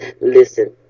Listen